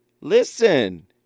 listen